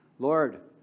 Lord